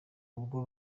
ubwo